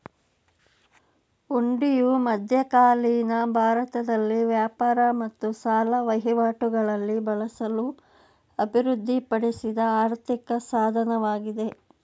ಹುಂಡಿಯು ಮಧ್ಯಕಾಲೀನ ಭಾರತದಲ್ಲಿ ವ್ಯಾಪಾರ ಮತ್ತು ಸಾಲ ವಹಿವಾಟುಗಳಲ್ಲಿ ಬಳಸಲು ಅಭಿವೃದ್ಧಿಪಡಿಸಿದ ಆರ್ಥಿಕ ಸಾಧನವಾಗಿದೆ